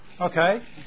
Okay